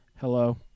Hello